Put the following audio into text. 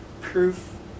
proof